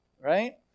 right